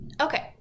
okay